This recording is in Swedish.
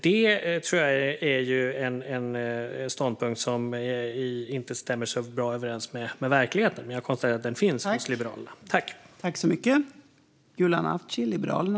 Det tror jag är en ståndpunkt som inte stämmer särskilt bra överens med verkligheten, men jag konstaterar att den finns hos Liberalerna.